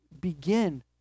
begin